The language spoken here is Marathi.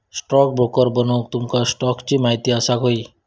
स्टॉकब्रोकर बनूक तुमका स्टॉक्सची महिती असाक व्हयी